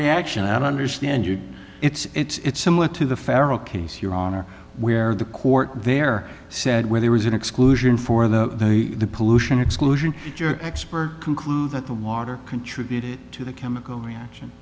reaction i don't understand you it's similar to the federal case your honor where the court there said where there was an exclusion for the pollution exclusion expert concluded that the water contributed to the chemical reaction